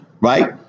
right